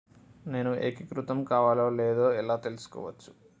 నేను ఏకీకృతం కావాలో లేదో ఎలా తెలుసుకోవచ్చు?